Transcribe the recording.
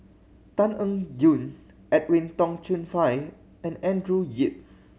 Tan Eng Yoon Edwin Tong Chun Fai and Andrew Yip